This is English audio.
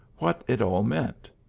what it all meant.